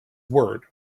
word